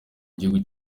gihugu